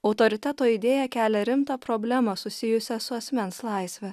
autoriteto idėja kelia rimtą problemą susijusią su asmens laisve